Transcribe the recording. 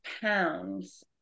pounds